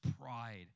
pride